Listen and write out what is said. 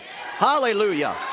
Hallelujah